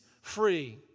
free